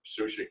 sushi